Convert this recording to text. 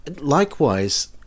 likewise